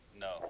No